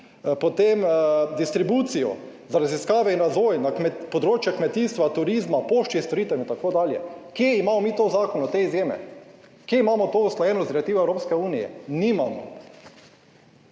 potem distribucijo za raziskave in razvoj na področju kmetijstva, turizma, poštnih storitev in tako naprej. Kje imamo mi v zakonu te izjeme? Kje imamo to usklajeno z direktivo Evropske unije? Nimamo.